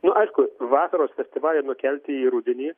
nu aišku vasaros festivalį nukelti į rudenį